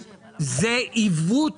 זה עיוות.